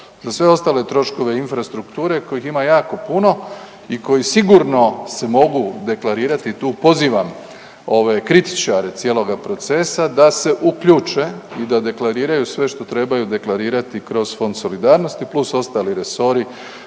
za sve ostale troškove infrastrukture kojih ima jako puno i koji sigurno se mogu deklarirati i tu pozivam ove kritičare cijeloga procesa da se uključe i da deklariraju sve što trebaju deklarirati kroz Fond solidarnosti plus ostali resori